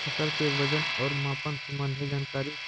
फसल के वजन और मापन संबंधी जनकारी?